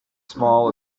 small